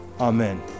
Amen